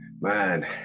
man